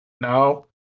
No